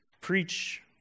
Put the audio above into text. preach